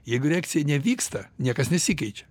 jeigu reakcija nevyksta niekas nesikeičia